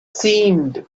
seemed